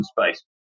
space